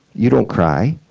you don't cry.